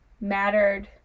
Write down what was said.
mattered